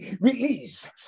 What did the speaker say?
release